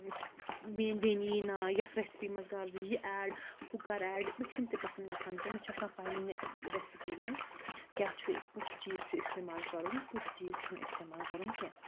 میٛٲنۍ بیٚنہِ یی نا یَتھ ریسِپی منٛز کر زِ یہِ ایڈ ہُہ کَر ایڈ مےٚ چھُنہٕ تہِ پَسنٛد گژھان کینٛہہ مےٚ چھُ آسان پَے میٛانہِ ریسِپی منٛز کیاہ چھُ کُس چیٖز چھُ اِستعمال کَرُن کُس چیٖز چھُنہٕ اِستعمال کَرُن کینٛہہ